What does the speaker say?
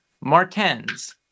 Martens